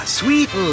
sweet